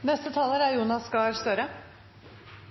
Mot slutten av debatten er